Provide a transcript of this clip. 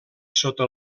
sota